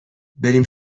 بریم